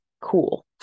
cool